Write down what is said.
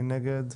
מי נגד?